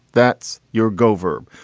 that's your go verb.